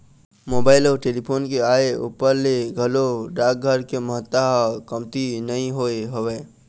mobile अउ telephone के आय ऊपर ले घलोक डाकघर के महत्ता ह कमती नइ होय हवय